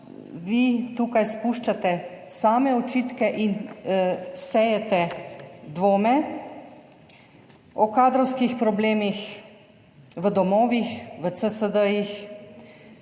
vi tukaj spuščate same očitke in sejete dvome o kadrovskih problemih v domovih v CSD in